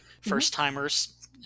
first-timers